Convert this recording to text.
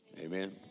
Amen